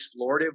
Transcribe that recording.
explorative